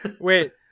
wait